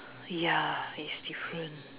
ya it's different